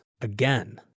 again